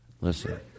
Listen